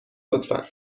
لطفا